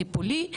טיפולי,